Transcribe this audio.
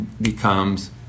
becomes